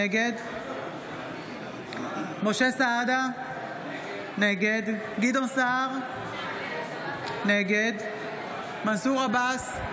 נגד משה סעדה, נגד גדעון סער, נגד מנסור עבאס,